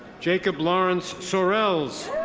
jacob lawrence sorels.